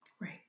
Right